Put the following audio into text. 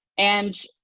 and,